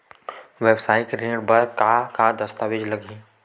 वेवसायिक ऋण बर का का दस्तावेज लगही?